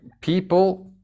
people